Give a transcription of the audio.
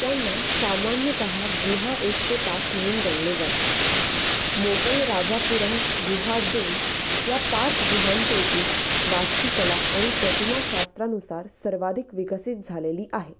त्यांना सामान्यतः गुहा एक ते पाच म्हणून गणले जाते मोगलराजापुरम गुहा दोन या पाच गुहांपैकी वास्तुकला आणि प्रतिमा शास्त्रानुसार सर्वाधिक विकसित झालेली आहे